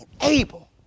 able